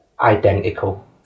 identical